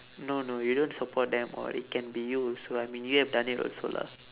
no no you don't support them or it can be you also I mean you have done it also lah